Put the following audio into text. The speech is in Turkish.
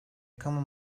kamu